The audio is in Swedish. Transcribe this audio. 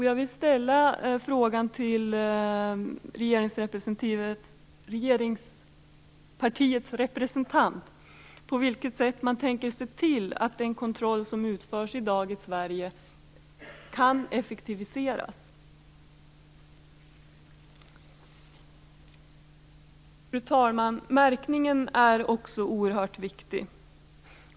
Jag vill fråga regeringspartiets representant på vilket sätt man tänker se till att den kontroll som utförs i dag i Sverige kan effektiviseras. Fru talman! Märkningen är också oerhört viktig.